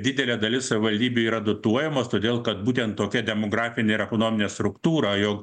didelė dalis savivaldybių yra dotuojamos todėl kad būtent tokia demografinė ir ekonominė struktūra jog